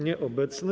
Nieobecny.